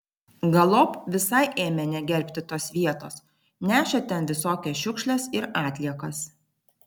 galop visai ėmė negerbti tos vietos nešė ten visokias šiukšles ir atliekas